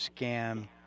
Scam